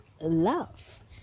love